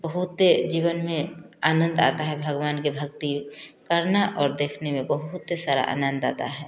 की बहुत जीवन में आनंद आता है भगवान के भक्ति करना और देखने में बहुत सारा आनंद आता है